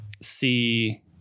see –